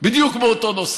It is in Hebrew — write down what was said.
בדיוק באותו נושא.